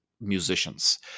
musicians